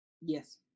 Yes